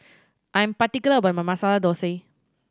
I am particular about my Masala Thosai